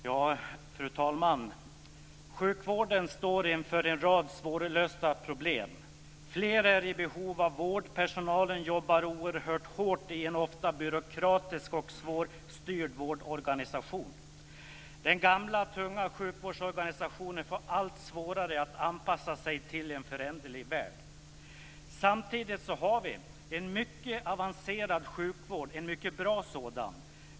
Fru talman! Sjukvården står inför en rad svårlösta problem. Fler är i behov av vård. Personalen jobbar oerhört hårt i en ofta byråkratisk och svårstyrd vårdorganisation. Den gamla tunga sjukvårdsorganisationen får allt svårare att anpassa sig till en föränderlig värld. Samtidigt har vi en mycket avancerad sjukvård; en mycket bra sådan.